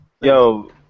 Yo